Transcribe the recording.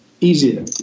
easier